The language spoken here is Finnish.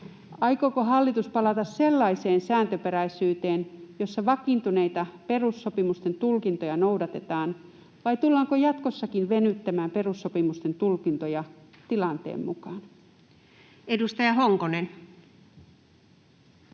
Aikooko hallitus palata sellaiseen sääntöperäisyyteen, jossa vakiintuneita perussopimusten tulkintoja noudatetaan, vai tullaanko jatkossakin venyttämään perussopimusten tulkintoja tilanteen mukaan? [Speech